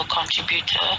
contributor